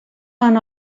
one